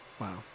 Wow